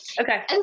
Okay